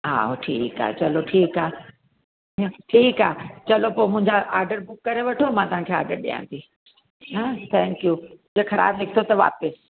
हा उहो ठीकु आहे चलो ठीकु आहे ठीकु आहे चलो पोइ मुंहिंजा आर्डर बुक करे वठो मां तव्हांखे आर्डर ॾियां थी हां त थैंक यू जे ख़राबु निकितो त वापसि